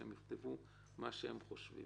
שהם יכתבו מה שהם חושבים,